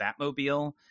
Batmobile